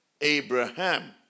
Abraham